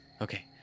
Okay